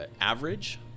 average